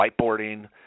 whiteboarding